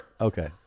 Okay